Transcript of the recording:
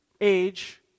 age